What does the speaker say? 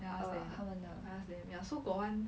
ya I ask them I ask them so got one